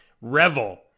revel